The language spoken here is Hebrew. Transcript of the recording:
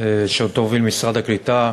אשר טוב למשרד הקליטה,